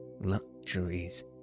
luxuries